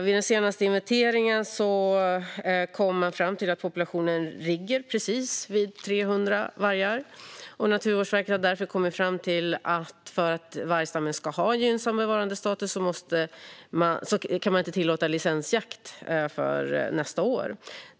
Vid den senaste inventeringen kom man fram till att populationen ligger på 300 vargar, och Naturvårdsverket har därför beslutat att inte tillåta licensjakt på varg nästa år.